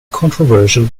controversial